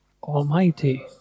almighty